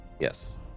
Yes